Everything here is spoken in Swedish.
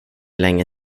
länge